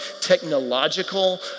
technological